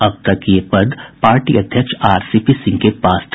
अब तक ये पद पार्टी अध्यक्ष आरसीपी सिंह के पास था